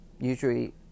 usually